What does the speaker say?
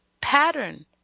pattern